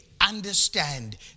understand